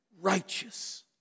righteous